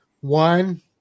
One